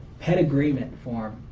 pet agreement form,